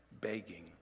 begging